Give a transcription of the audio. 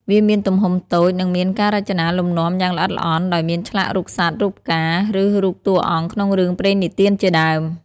វាមានទំហំតូច និងមានការរចនាលំនាំយ៉ាងល្អិតល្អន់ ដោយមានឆ្លាក់រូបសត្វ រូបផ្កា ឬរូបតួអង្គក្នុងរឿងព្រេងនិទានជាដើម។